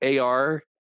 ar